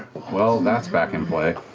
well, that's back in play.